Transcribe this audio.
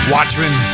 Watchmen